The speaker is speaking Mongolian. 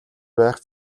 байх